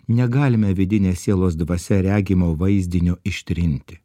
negalime vidinės sielos dvasia regimo vaizdinio ištrinti